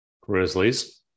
Grizzlies